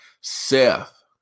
Seth